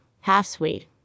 half-sweet